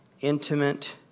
intimate